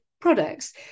products